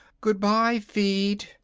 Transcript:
goodbye, feet!